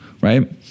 right